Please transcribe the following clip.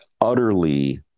utterly